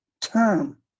term